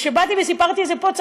וכשבאתי וסיפרתי את זה פה,